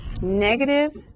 negative